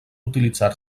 utilitzar